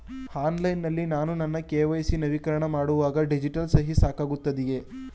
Online ನಲ್ಲಿ ನಾನು ನನ್ನ ಕೆ.ವೈ.ಸಿ ನವೀಕರಣ ಮಾಡುವಾಗ ಡಿಜಿಟಲ್ ಸಹಿ ಸಾಕಾಗುತ್ತದೆಯೇ?